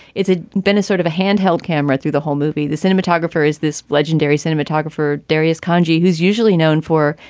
it's ah been a sort of a handheld camera through the whole movie. the cinematographer is this legendary cinematographer, derrius kanji, who's usually known for,